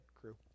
crew